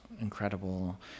incredible